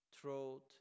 Throat